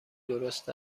درست